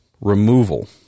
removal